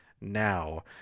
now